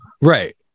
Right